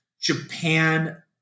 Japan